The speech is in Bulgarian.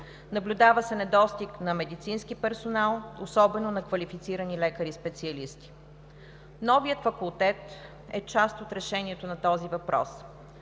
Наблюдава се недостиг на медицински персонал, особено на квалифицирани лекари специалисти. Новият факултет е част от решението на този въпрос.